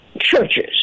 churches